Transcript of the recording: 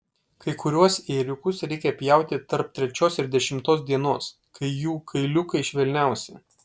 kai kuriuos ėriukus reikia pjauti tarp trečios ir dešimtos dienos kai jų kailiukai švelniausi